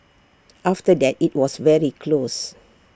after that IT was very close